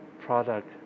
product